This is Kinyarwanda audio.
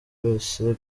wese